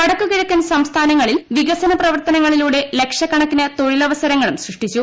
വടക്ക് കിഴക്കൻ സംസ്ഥാനങ്ങളിൽ വിക സന പ്രവർത്തനങ്ങളിലൂടെ ലക്ഷക്കണക്കിന് തൊഴിലവസര ങ്ങളും സൃഷ്ടിച്ചു